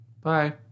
Bye